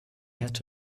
had